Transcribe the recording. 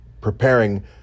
preparing